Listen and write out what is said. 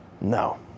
No